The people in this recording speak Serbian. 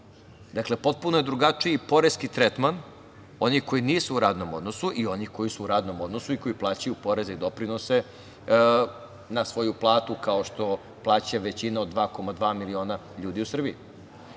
Dakle, potpuno je drugačiji poreski tretman onih koji nisu u radnom odnosu i onih koji su u radnom odnosu i koji plaćaju poreze i doprinose na svoju platu kao što plaća većina od 2,2 miliona ljudi u Srbiji. Ono